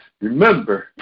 remember